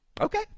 Okay